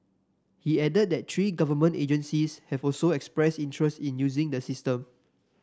he added that three government agencies have also expressed interest in using the system